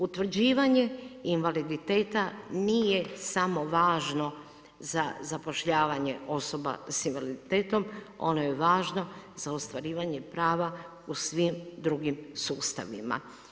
Utvrđivanje invaliditeta nije samo važno za zapošljavanje osoba sa invaliditetom, ono je važno za ostvarivanje prava u svim drugim sustavima.